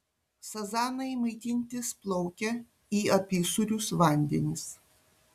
sazanai maitintis plaukia į apysūrius vandenis